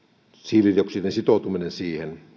hiilidioksidin sitoutuminen siihen